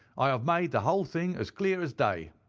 i have made the whole thing as clear as day.